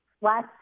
last